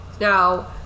now